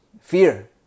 Fear